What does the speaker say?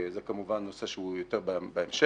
זה כמובן נושא שהוא יותר בהמשך.